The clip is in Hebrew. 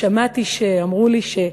'שמעתי ש-', 'אמרו לי ש-'.